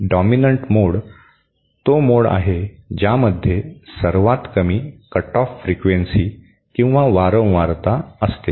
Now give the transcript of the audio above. dominant mode तो mode आहे ज्यामध्ये सर्वात कमी कट ऑफ फ्रिक्वेन्सी किंवा वारंवारता असते